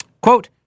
quote